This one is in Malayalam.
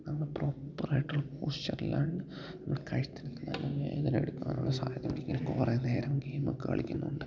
പ്രോപ്പറായിട്ടുള്ള പോസ്റ്ററല്ലാണ്ട് നമ്മള് കഴുത്തിനു നല്ല വേദന എടുക്കാനുള്ള സാധ്യത ഇങ്ങന കുറേ നേരം ഗെയിം കളിക്കുന്നതുകൊണ്ട്